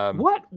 um what,